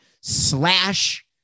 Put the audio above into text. slash